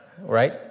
right